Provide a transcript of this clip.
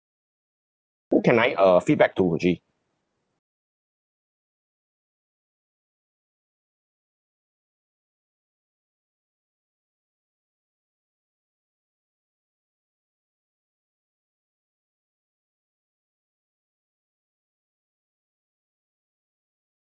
who can I uh feedback to actually